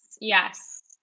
yes